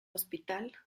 hospital